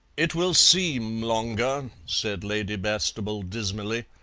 it will seem longer, said lady bastable dismally.